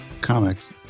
comics